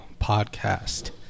podcast